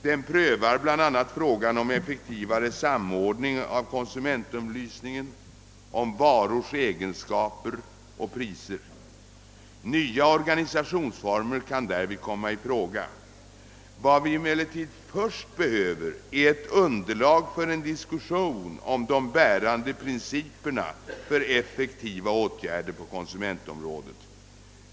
Den prövar bl.a. frågan om effektivare sam ordning av konsumentupplysningen om varors egenskaper och priser. Nya organisationsformer kan därvid komma i fråga. Vad vi emellertid först behöver är ett underlag för en diskussion om de bärande principerna för effektiva åtgärder på konsumentområdet.